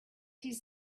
his